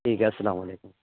ٹھیک ہے السلام علیکم